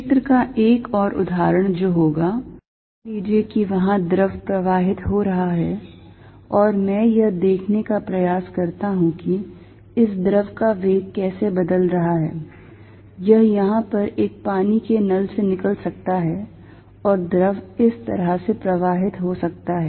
क्षेत्र का एक और उदाहरण जो होगा मान लीजिए कि वहां द्रव प्रवाहित हो रहा है और मैं यह देखने का प्रयास करता हूं कि इस द्रव का वेग कैसे बदल रहा है यह यहां पर एक पानी के नल से निकल सकता है और द्रव इस तरह से प्रवाहित हो सकता है